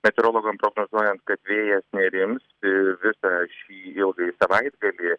meteorologams prognozuojant kad vėjas nerims ir visą šį ilgąjį savaitgalį